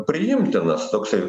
priimtinas toksai